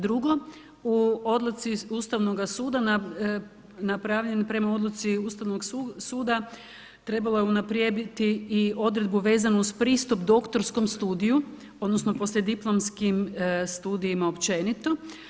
Drugo, u odluci Ustavnoga suda, napravljen prema odluci Ustavnog suda, trebalo je unaprijediti i odredbu vezanu uz pristup doktorskom studiju, odnosno, poslijediplomskim studijima općenito.